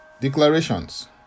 Declarations